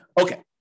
Okay